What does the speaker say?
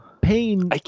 pain